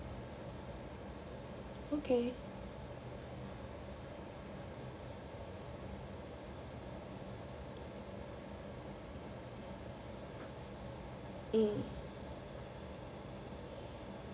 okay mm